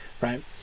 right